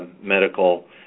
medical